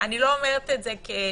אני לא אומרת את זה כסיסמה.